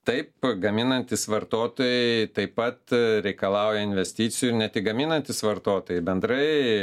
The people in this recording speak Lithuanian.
taip gaminantys vartotojai taip pat reikalauja investicijų ir ne tik gaminantys vartotojai bendrai